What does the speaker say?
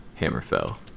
Hammerfell